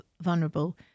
vulnerable